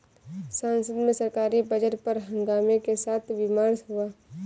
संसद में सरकारी बजट पर हंगामे के साथ विमर्श हुआ